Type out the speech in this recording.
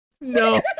No